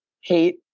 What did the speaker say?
hate